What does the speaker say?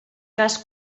cas